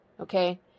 okay